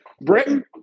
Britain